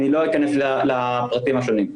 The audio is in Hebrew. אני לא אכנס לפרטים השונים.